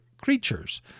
creatures